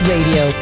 Radio